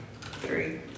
Three